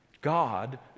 God